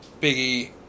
Biggie